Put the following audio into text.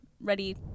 ready